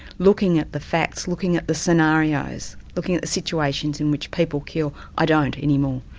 looking at the facts, looking at the scenarios, looking at the situations in which people kill, i don't any more,